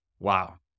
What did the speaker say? Wow